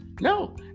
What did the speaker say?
No